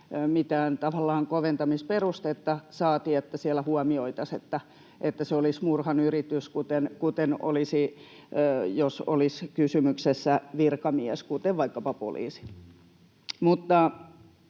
koventamisperustetta, saati että siellä huomioitaisiin, että se olisi murhan yritys, kuten olisi, jos olisi kysymyksessä virkamies, kuten vaikkapa poliisi.